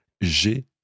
J'ai